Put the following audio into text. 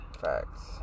Facts